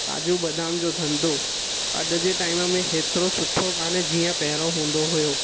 काजू बदाम जो धंधो अॼु जे टाइम में हेतिरो सुठो कान्हे जीअं पहिरियों हूंदो हुओ